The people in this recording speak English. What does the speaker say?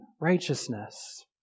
righteousness